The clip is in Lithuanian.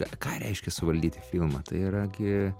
ką reiškia suvaldyti filmą tai yra gi